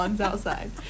outside